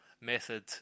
method